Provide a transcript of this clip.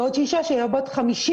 בעוד שאישה שהיא בת 55,